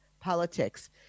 politics